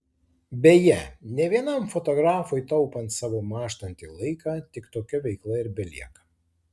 beje ne vienam fotografui taupant savo mąžtantį laiką tik tokia veikla ir belieka